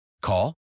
Call